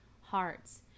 hearts